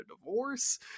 divorce